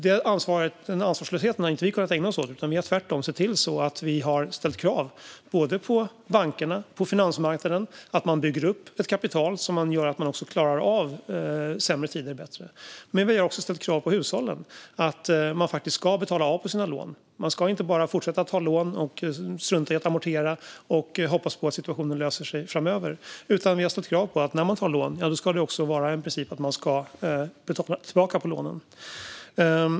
Den ansvarslösheten har vi inte kunnat ägna oss åt, utan vi har tvärtom sett till att ställa krav på både bankerna och finansmarknaden att bygga upp ett kapital som gör att vi klarar av sämre tider bättre. Vi har dock även ställt krav på hushållen: Man ska faktiskt betala av på sina lån. Man ska inte bara fortsätta ta lån, strunta i att amortera och hoppas på att situationen löser sig framöver, utan vi har ställt kravet att en princip när man tar lån ska vara att man betalar tillbaka på dem.